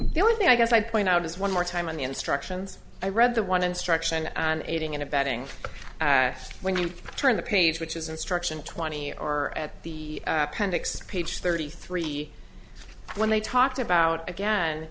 the only thing i guess i'd point out is one more time on the instructions i read the one instruction and aiding and abetting when you turn the page which is instruction twenty or at the page thirty three when they talked about again